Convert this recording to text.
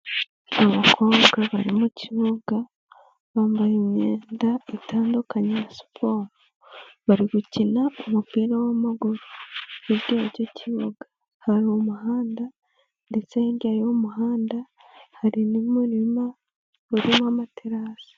Aba bakobwa bari mukibuga, bambaye imyenda itandukanye ya siporo, bari gukina umupira w'amaguru, icyo kibuga hari umuhanda ndetse ngewe hirya y'uyu muhanda hari n'umurima urimo amaterasi.